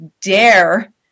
dare